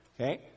Okay